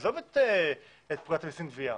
עזוב את פקודת המיסים (גבייה).